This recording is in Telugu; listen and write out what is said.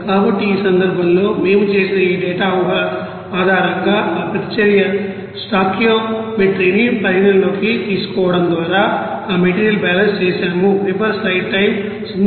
కాబట్టి ఈ సందర్భంలో మేము చేసిన ఈ డేటా ఊహల ఆధారంగా ఆ ప్రతిచర్య స్టోయికియోమెట్రీని పరిగణనలోకి తీసుకోవడం ద్వారా ఆ మెటీరియల్ బాలన్స్ చేసాము